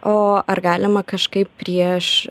o ar galima kažkaip prieš